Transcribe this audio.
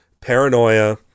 paranoia